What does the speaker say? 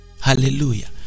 Hallelujah